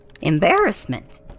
Embarrassment